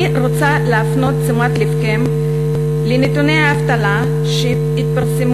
אני רוצה להפנות את תשומת לבכם לנתוני האבטלה שהתפרסמו